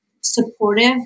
supportive